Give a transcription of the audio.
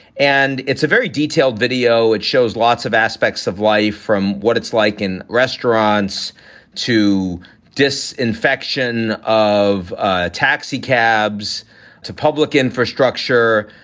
and it's a very detailed video. it shows lots of aspects of life from what it's like in restaurants to dust, infection of ah taxicabs to public infrastructure,